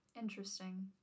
interesting